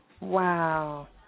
Wow